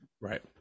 right